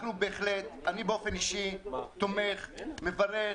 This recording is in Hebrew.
אני באופן אישי תומך ומברך,